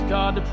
God